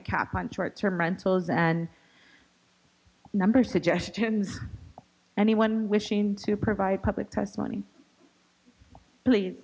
a cap on short term rentals and number suggestions anyone wishing to provide public testimony please